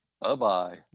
Bye-bye